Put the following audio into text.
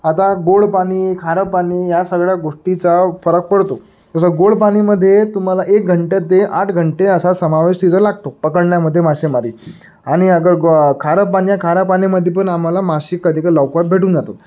आता गोड पाणी खारं पाणी या सगळ्या गोष्टीचा फरक पडतो जसं गोड पाणीमध्ये तुम्हाला एक घंटे ते आठ घंटे असा समावेश तिथं लागतो पकडण्यामध्ये मासेमारी आणि अगर गो खारं पाणी या खाऱ्या पाणीमध्ये पण आम्हाला मासे कधीक लवकर भेटून जातो